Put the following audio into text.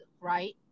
right